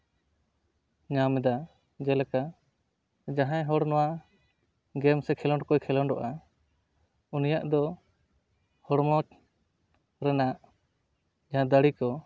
ᱧᱟᱢ ᱮᱫᱟ ᱡᱮᱞᱮᱠᱟ ᱡᱟᱦᱟᱸᱭ ᱦᱚᱲ ᱱᱚᱣᱟ ᱜᱮᱢ ᱥᱮ ᱠᱷᱮᱞᱳᱰ ᱠᱚᱭ ᱠᱷᱮᱞᱳᱰᱚᱜᱼᱟ ᱩᱱᱤᱭᱟᱜ ᱫᱚ ᱦᱚᱲᱢᱚ ᱨᱮᱱᱟᱜ ᱡᱟᱦᱟᱸ ᱫᱟᱲᱮ ᱠᱚ